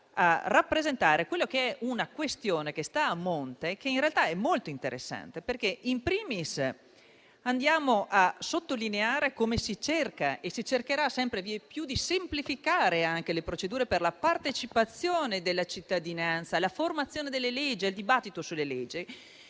rappresenta una questione a monte che in realtà è molto interessante. Andiamo infatti anzitutto a sottolineare come si cerca e si cercherà sempre più di semplificare anche le procedure per la partecipazione della cittadinanza alla formazione delle leggi e al dibattito su di